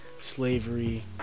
slavery